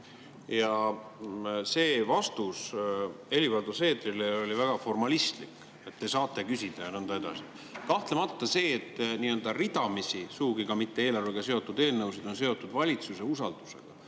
ja teie vastus Helir-Valdor Seederile oli väga formalistlik: te saate küsida ja nõnda edasi. Kahtlemata see, et ridamisi ka mitte eelarvega seotud eelnõusid on seotud valitsuse usaldusega,